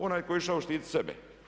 Onaj koji je išao štiti sebe.